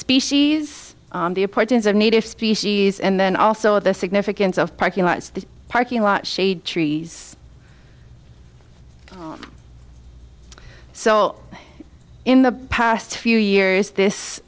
species the importance of native species and then also the significance of parking lots the parking lot shade trees so in the past few years this